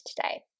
today